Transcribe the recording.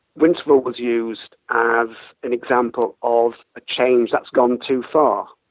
winterval was used as an example of a change that's gone too far,